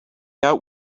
out